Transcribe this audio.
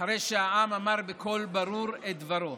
אחרי שהעם אמר בקול ברור את דברו.